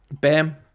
Bam